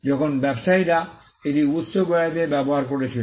যখন ব্যবসায়ীরা এটি উত্সকে বোঝাতে ব্যবহার করেছিল